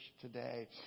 today